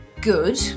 good